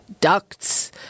ducts